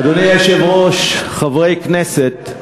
אדוני היושב-ראש, חברי כנסת,